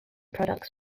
products